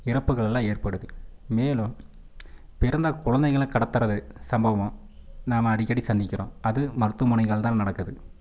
இறப்புகள்லாம் ஏற்படுது மேலும் பிறந்த குழந்தைகளை கடத்துகிறது சம்பவம் நாம அடிக்கடி சந்திக்கிறோம் அதுவும் மருத்துவமனைகள் தான் நடக்குது